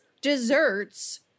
desserts